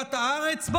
חלוקת הארץ,